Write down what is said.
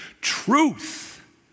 truth